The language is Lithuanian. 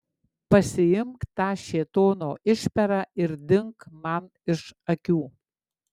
pasiimk tą šėtono išperą ir dink man iš akių